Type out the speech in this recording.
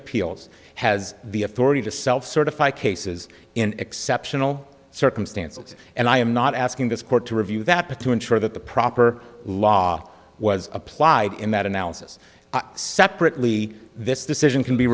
appeals has the authority to self certify cases in exceptional circumstances and i am not asking this court to review that between sure that the proper law was applied in that analysis separately this decision can be